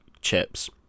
chips